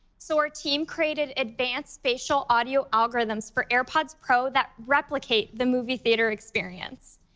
so our team created advanced spatial audio algorithms for airpods pro that replicate the movie theater experience.